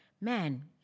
man